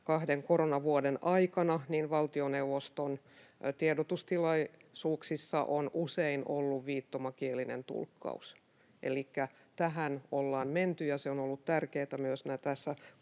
kahden koronavuoden aikana valtioneuvoston tiedotustilaisuuksissa on usein ollut viittomakielinen tulkkaus, elikkä tähän ollaan menty, ja se on tietenkin ollut tärkeätä myös tässä